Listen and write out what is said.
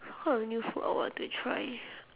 what kind of new food I want to try